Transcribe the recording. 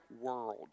world